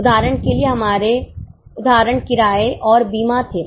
उदाहरण के लिए हमारे उदाहरण किराए और बीमा थे